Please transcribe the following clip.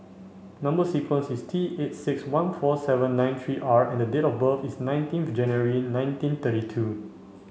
number sequence is T eight six one four seven nine three R and date of birth is nineteenth January nineteen thirty two